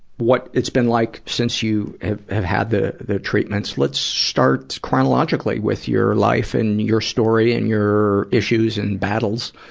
what it's been like since you have have had the the treatments. let's start chronologically with your life and your story and your issues and battles.